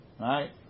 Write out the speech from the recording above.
right